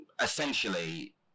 essentially